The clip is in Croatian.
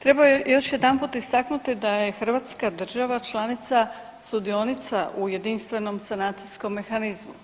Treba još jedanput istaknuti da je hrvatska država članica sudionica u Jedinstvenom sanacijskom mehanizmu.